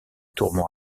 tourments